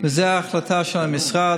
זו ההחלטה של המשרד,